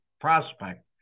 prospect